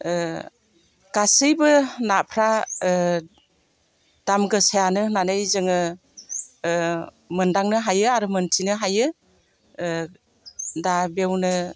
गासैबो नाफ्रा दामगोसायानो होननानै जोङो मोनदांनो हायो आरो मिन्थिनो हायो दा बेवनो